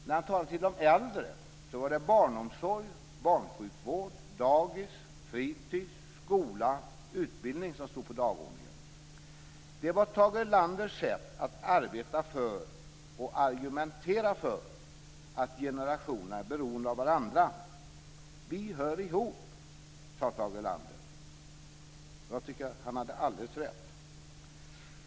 När han talade till de äldre var det barnomsorg, barnsjukvård, dagis, fritis, skola och utbildning som stod på dagordningen. Det var Tage Erlanders sätt att arbeta för och argumentera för att generationerna är beroende av varandra. Vi hör ihop, sade Tage Erlander. Jag tycker att han hade alldeles rätt.